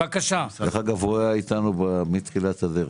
דרך אגב, הוא היה איתנו מתחילת הדרך.